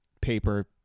paper